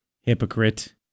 Hypocrite